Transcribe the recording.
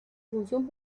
función